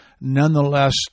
nonetheless